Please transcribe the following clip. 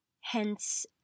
Hence